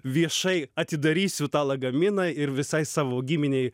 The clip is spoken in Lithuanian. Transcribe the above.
viešai atidarysiu tą lagaminą ir visai savo giminei